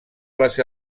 les